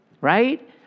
Right